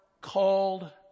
called